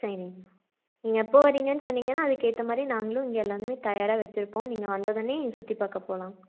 சரிங்க நீங்கள் எப்போ வர்றீங்கன்னு சொன்னீங்கன்னா அதுக்கு ஏத்தமாதிரி நாங்களும் இங்கே எல்லாதுமே தயாராக வச்சுருப்போம் நீங்கள் வந்ததுனே சுற்றி பார்க்க போகலாம்